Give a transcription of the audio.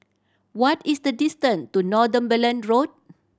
what is the distance to Northumberland Road